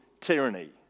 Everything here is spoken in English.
tyranny